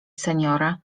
seniora